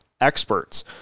experts